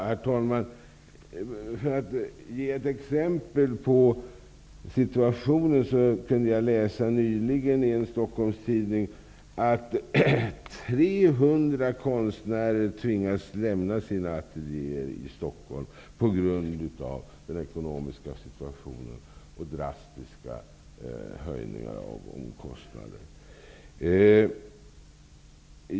Herr talman! Låt mig ge ett exempel på hur situationen är. Jag kunde nyligen läsa i en Stockholmstidning att 300 konstnärer tvingas lämna sina ateljéer i Stockholm på grund av den ekonomiska situationen och drastiska höjningar av omkostnader.